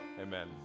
Amen